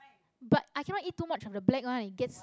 but i cannot eat too much of the black one it gets